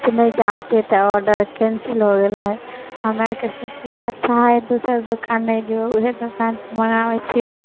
से नहि जा पेतै ऑडर कैन्सिल हो गेलै हम आर कि सोचलिए अच्छा हइ दोसर दोकान नहि जो ओहे दोकानसँ मँगाबै छिए